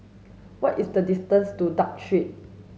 what is the distance to Duke Street